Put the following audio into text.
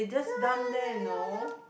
ya ya ya ya ya